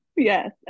Yes